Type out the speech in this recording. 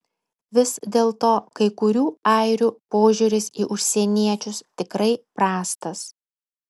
vis dėlto kai kurių airių požiūris į užsieniečius tikrai prastas